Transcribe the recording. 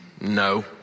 No